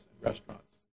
restaurants